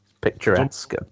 picturesque